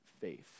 faith